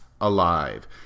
alive